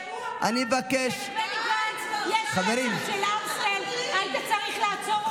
כשהוא אמר שלבני גנץ יש קצף של אמסטל היית צריך לעצור אותו פה.